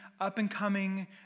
up-and-coming